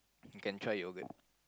you can try yogurt